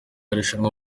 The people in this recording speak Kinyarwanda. irushanwa